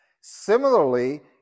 Similarly